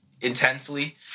Intensely